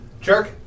Jerk